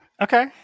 Okay